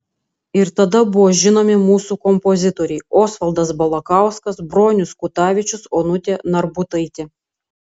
ir tada buvo žinomi mūsų kompozitoriai osvaldas balakauskas bronius kutavičius onutė narbutaitė